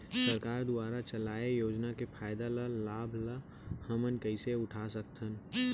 सरकार दुवारा चलाये योजना के फायदा ल लाभ ल हमन कइसे उठा सकथन?